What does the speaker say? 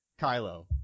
Kylo